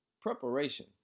preparation